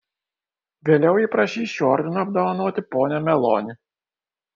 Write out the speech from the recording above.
vėliau ji prašys šiuo ordinu apdovanoti ponią meloni